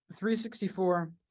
364